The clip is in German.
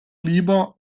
lieber